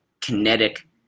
kinetic